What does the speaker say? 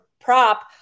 prop